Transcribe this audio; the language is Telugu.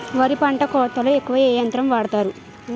వరి పంట కోతలొ ఎక్కువ ఏ యంత్రం వాడతారు?